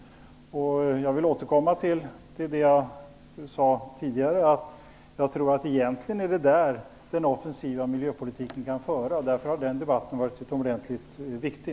Jag vill här återkomma till det jag sade tidigare, nämligen att det egentligen är inom EU som den offensiva miljöpolitiken kan föras. Därför har den debatten varit utomordentligt viktig.